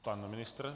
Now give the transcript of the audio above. Pan ministr?